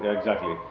exactly